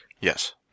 Yes